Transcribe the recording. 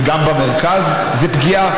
וגם במרכז, זו פגיעה.